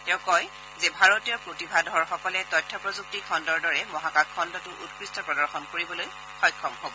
তেওঁ কয় যে ভাৰতীয় প্ৰতিভাধৰসকলে তথ্য প্ৰযুক্তি খণ্ডৰ দৰে মহাকাশ খণ্ডটো উৎকৃষ্ট প্ৰদৰ্শন কৰিবলৈ সক্ষম হব